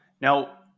Now